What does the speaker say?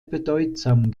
bedeutsam